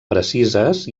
precises